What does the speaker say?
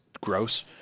gross